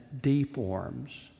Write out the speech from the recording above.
deforms